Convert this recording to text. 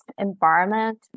environment